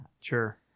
Sure